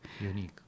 Unique